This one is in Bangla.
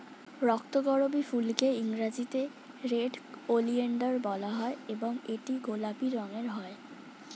রক্তকরবী ফুলকে ইংরেজিতে রেড ওলিয়েন্ডার বলা হয় এবং এটি গোলাপি রঙের হয়